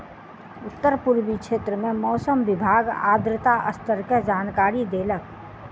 उत्तर पूर्वी क्षेत्र में मौसम विभाग आर्द्रता स्तर के जानकारी देलक